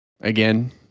Again